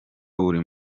buri